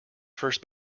first